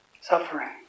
suffering